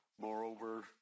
Moreover